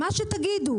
שתגידו